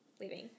Leaving